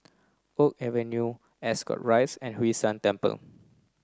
Oak Avenue Ascot Rise and Hwee San Temple